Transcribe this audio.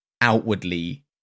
outwardly